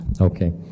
Okay